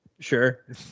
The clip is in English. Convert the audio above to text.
Sure